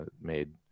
made